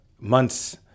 months